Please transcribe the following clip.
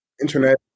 internet